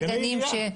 גני עירייה.